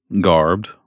garbed